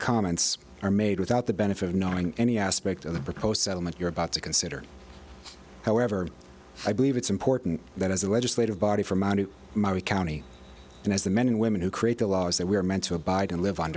comments are made without the benefit of knowing any aspect of the proposed settlement you're about to consider however i believe it's important that as a legislative body from out to my we county and as the men and women who create the laws that we are meant to abide and live